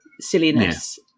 silliness